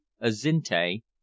Azinte